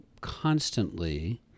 constantly